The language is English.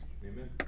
Amen